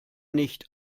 nicht